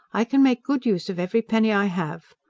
i can make good use of every penny i have.